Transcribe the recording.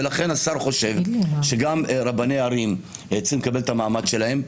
ולכן השר חושב שגם רבני ערים צריכים לקבל את המעמד שלהם.